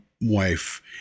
wife